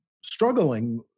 struggling